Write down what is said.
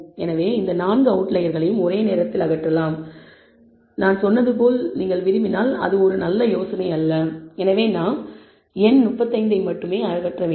எனவே இந்த 4 அவுட்லயர்களையும் ஒரே நேரத்தில் அகற்றலாம் நான் சொன்னது போல் அது ஒரு நல்ல யோசனையல்ல எனவே நாம் சாம்பிள் எண் 35 ஐ மட்டுமே அகற்ற வேண்டும்